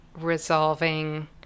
resolving